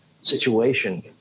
situation